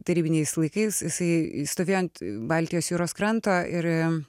tarybiniais laikais jisai stovėjo ant baltijos jūros kranto ir